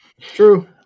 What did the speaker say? true